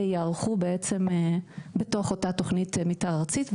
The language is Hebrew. יערכו בעצם בתוך אותה תוכנית מתאר ארצית,